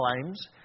claims